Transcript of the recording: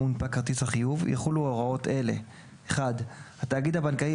מונפק כרטיס החיוב יחולו הוראות אלה: התאגיד הבנקאי